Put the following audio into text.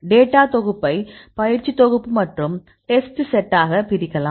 டேட்டாத்தொகுப்பை பயிற்சி தொகுப்பு மற்றும் டெஸ்ட்செட்டாக பிரிக்கலாம்